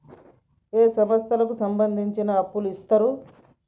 ఏ సంస్థలకు సంబంధించి అప్పు ఇత్తరు?